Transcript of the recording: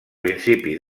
principi